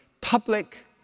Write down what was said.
public